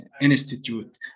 Institute